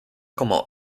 como